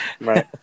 right